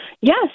Yes